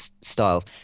styles